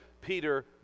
Peter